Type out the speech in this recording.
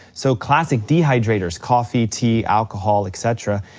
so classic dehydrators, coffee, tea, alcohol, et cetera,